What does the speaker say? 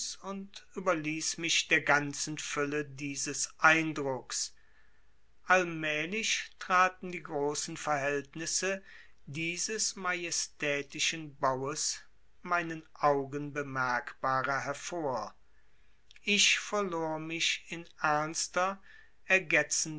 und überließ mich der ganzen fülle dieses eindrucks allmählich traten die großen verhältnisse dieses majestätischen baues meinen augen bemerkbarer hervor ich verlor mich in ernster